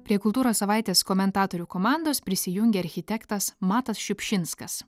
prie kultūros savaitės komentatorių komandos prisijungė architektas matas šiupšinskas